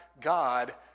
God